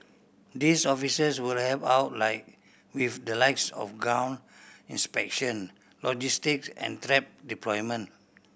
these officers will help out like with the likes of ground inspection logistics and trap deployment